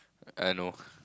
I know